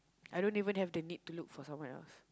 I don't even have the need to look for someone else